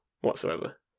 whatsoever